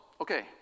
okay